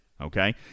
Okay